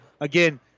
again